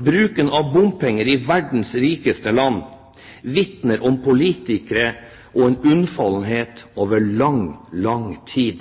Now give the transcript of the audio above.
Bruken av bompenger i verdens rikeste land vitner om politikeres unnfallenhet over lang, lang tid.